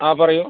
ആ പറയൂ